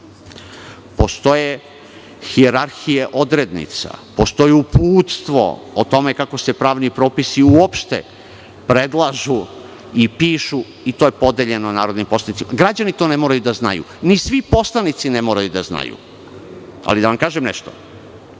Postoje hijerarhije odrednica, postoji uputstvo o tome kako se pravni propisi uopšte predlažu i pišu i to je podeljeno narodnim poslanicima. Građani to ne moraju da znaju, ni svi poslanici ne moraju da znaju. Da vam kažem nešto,